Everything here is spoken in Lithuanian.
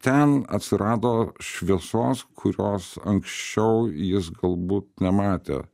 ten atsirado šviesos kurios anksčiau jis galbūt nematė